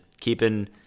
keeping